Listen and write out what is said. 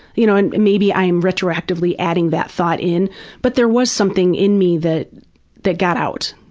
you know and maybe i am retroactively adding that thought in but there was something in me that that got out.